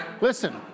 Listen